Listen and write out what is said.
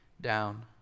down